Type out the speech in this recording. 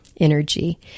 energy